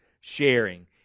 sharing